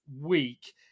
week